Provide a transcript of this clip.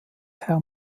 herr